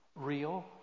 real